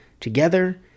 together